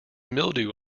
mildew